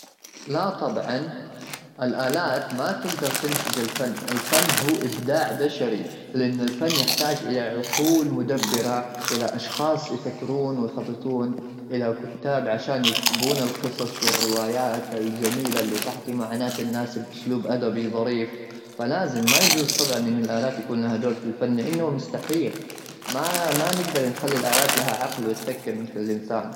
لا طبعا الالات ما تقدر تنتج الفن الفن هو ابداع بشري لان الفن يحتاج الى عقول مدبره الى اشخاص يفكرون ويخططون الى كتاب عشان يكتبون القصص والروايات الجميله اللي تحكي معناه الناس باسلوب ادبي ظريف فلازم ما يجوز طبعا من الالات يكون لها دور في الفن انه مستحيل ما نقدر نخلي الالات لها عقل وتفكر مثل.